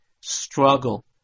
struggle